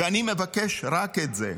ואני מבקש רק את זה.